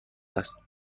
است